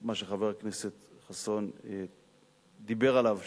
מה שחבר הכנסת חסון דיבר עליו,